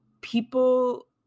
people